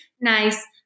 nice